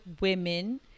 women